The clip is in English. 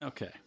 Okay